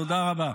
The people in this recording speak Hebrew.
תודה רבה.